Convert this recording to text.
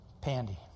Pandy